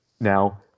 now